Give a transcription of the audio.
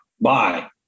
Bye